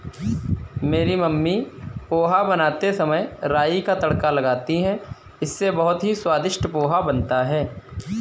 मेरी मम्मी पोहा बनाते समय राई का तड़का लगाती हैं इससे बहुत ही स्वादिष्ट पोहा बनता है